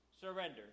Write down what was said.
surrender